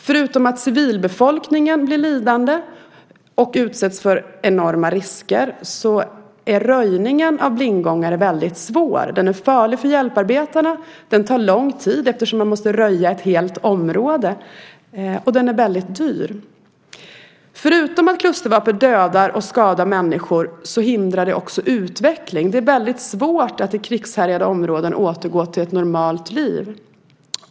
Förutom att civilbefolkningen blir lidande och utsätts för enorma risker är röjningen av blindgångare väldigt svår. Den är farlig för hjälparbetarna, den tar lång tid, eftersom man måste röja ett helt område, och den är väldigt dyr. Förutom att klustervapen dödar och skadar människor hindrar de också utveckling. Det är väldigt svårt att i krigshärjade områden återgå till ett normalt liv.